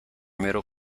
middle